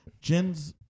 Jen's